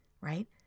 right